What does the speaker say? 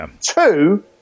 Two